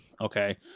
Okay